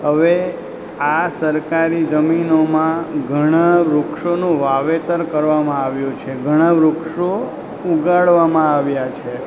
હવે આ સરકારી જમીનોમાં ઘણાં વૃક્ષોનું વાવેતર કરવામાં આવ્યું છે ઘણાં વૃક્ષો ઉગાડવામાં આવ્યાં છે